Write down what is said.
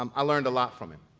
um i learned a lot from him,